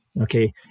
Okay